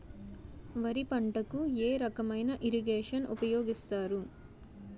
వరి పంటకు ఏ రకమైన ఇరగేషన్ ఉపయోగిస్తారు?